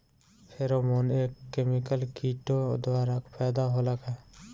Pheromone एक chemical किटो द्वारा पैदा होला का?